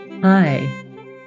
Hi